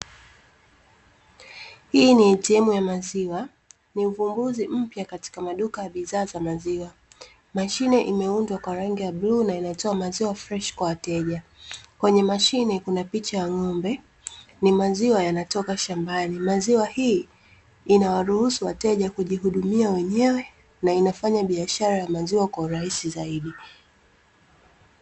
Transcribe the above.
Hii ni "ATM" ya maziwa, ni uvumbuzi mpya katika maduka ya bidhaa za maziwa. Mashine imeundwa kwa rangi ya bluu na inatoa maziwa freshi kwa wateja. Kwenye mashine kuna picha ya ng'ombe, ni maziwa yanatoka shambani. Mashine hii inawaruhusu wateja kujihudumia wenyewe, na inafanya biashara ya maziwa kwa urahisi zaidi.